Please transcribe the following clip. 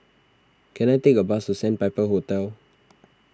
can I take a bus to Sandpiper Hotel